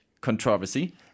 controversy